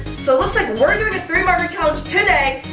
so looks like we're doing a three market challenge today,